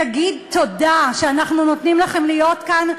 תגיד תודה שאנחנו נותנים לכם להיות כאן,